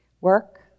Work